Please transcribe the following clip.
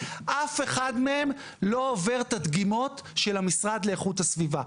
ואף אחד מהם לא עובר את הדגימות של המשרד לאיכות הסביבה.